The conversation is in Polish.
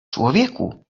człowieku